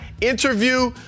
interview